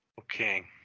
Okay